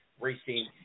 racing